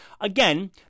Again